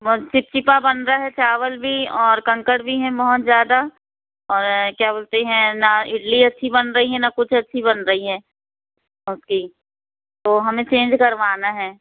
बहुत चिपचिपा बन रहा है चावल भी औंर कंकर भी हैं बहुत ज़्यादा और क्या बोलते हैं ना इडली अच्छी बन रही है ना कुछ अच्छी बन रही है उसकी तो हमें चेंज करवाना है